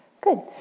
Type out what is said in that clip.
Good